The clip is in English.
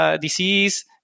Disease